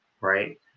Right